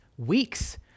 Weeks